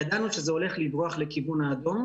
ידענו שזה הולך לברוח לכיוון האדום.